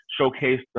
showcase